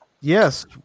Yes